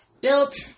Built